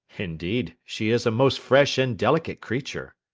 indeed, she is a most fresh and delicate creature.